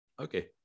Okay